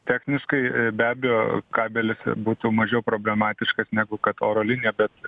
techniškai be abejo kabelis būtų mažiau problematiškas negu kad oro linija bet